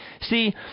See